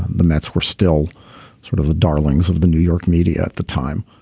the mets were still sort of the darlings of the new york media at the time.